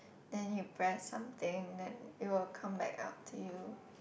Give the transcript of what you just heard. then you press something then it will come back up to you